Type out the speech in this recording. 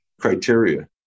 criteria